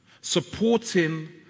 Supporting